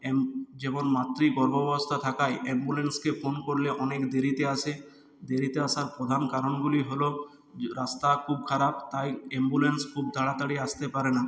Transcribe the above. যেমন মাতৃ গর্ভাবস্তা থাকায় অ্যাম্বুলেন্সকে ফোন করলে অনেক দেরিতে আসে দেরিতে আসার প্রধান কারণগুলি হল রাস্তা খুব খারাপ তাই অ্যাম্বুলেন্স খুব তাড়াতাড়ি আসতে পারে না